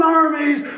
armies